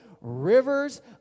rivers